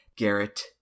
garrett